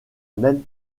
même